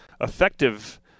effective